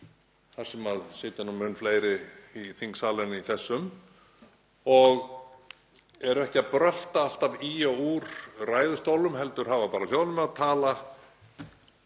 þar sem sitja nú mun fleiri í þingsalnum en í þessum og eru ekki að brölta alltaf í og úr ræðustólnum heldur hafa hljóðnema og tala